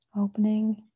Opening